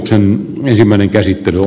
sen ensimmäinen käsittely